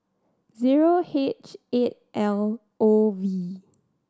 zero H eight L O V